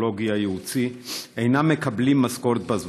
הפסיכולוגי-ייעוצי אינם מקבלים משכורת בזמן.